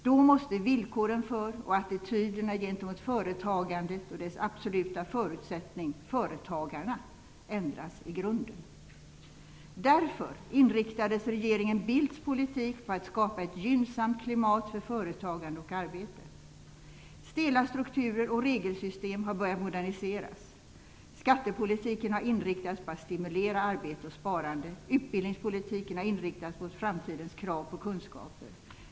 Då måste villkoren för och attityderna gentemot företagandet, och dess absoluta förutsättning, företagarna, ändras i grunden. Därför inriktades regeringen Bildts politik på att skapa ett gynnsamt klimat för företagande och arbete. Stela strukturer och regelsystem har börjat moderniseras. Skattepolitiken har inriktas på att stimulera arbete och sparande. Utbildningspolitiken har inriktats mot framtidens krav på kunskaper.